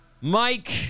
Mike